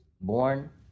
Born